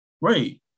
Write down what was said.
Right